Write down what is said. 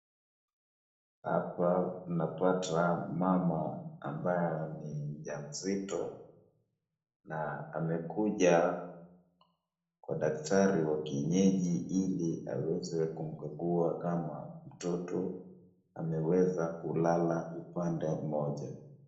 Hapa unapata mama ambaye ni mjamzito, na amekuja kwa daktari wa kienyeji ili aweze kumkagua kama mtoto ameweza kulala upande mmoja.